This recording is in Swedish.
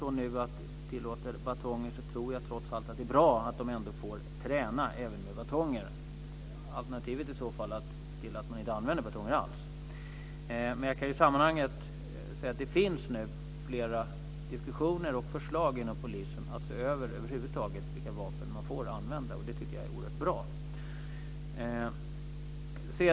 Om man nu tillåter batonger tror jag trots allt att det är bra att poliserna får träna med batonger. Alternativet vore att se till att de inte använder batonger alls. Jag kan i sammanhanget säga att det nu finns diskussioner och förslag inom polisen om att se över vilka vapen man över huvud taget får använda. Det tycker jag är oerhört bra.